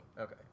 Okay